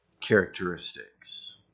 characteristics